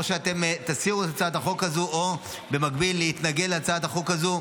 או שאתם תסירו את הצעת החוק הזו או במקביל להתנגד להצעת החוק הזו,